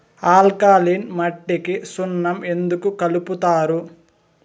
alkaline మట్టికి సున్నం ఎందుకు కలుపుతారు